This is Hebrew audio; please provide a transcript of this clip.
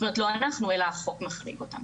זאת אומרת לא אנחנו, אלא החוק מחריג אותם.